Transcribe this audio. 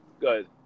Good